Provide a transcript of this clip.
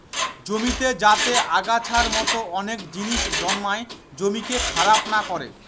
জমিতে যাতে আগাছার মতো অনেক জিনিস জন্মায় জমিকে খারাপ না করে